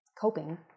coping